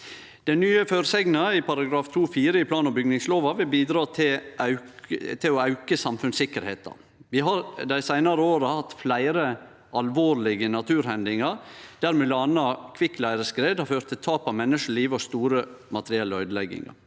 Den nye føresegna i § 2-4 i plan- og bygningslova vil bidra til å auke samfunnssikkerheita. Vi har dei seinare åra hatt fleire alvorlege naturhendingar der m.a. kvikkleireskred har ført til tap av menneskeliv og store materielle øydeleggingar.